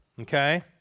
Okay